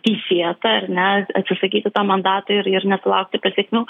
teisėta ar ne atsisakyti to mandato ir ir nesulaukti pasekmių